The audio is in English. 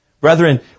Brethren